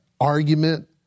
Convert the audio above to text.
argument